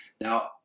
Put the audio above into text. Now